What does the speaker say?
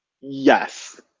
Yes